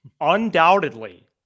undoubtedly